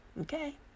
okay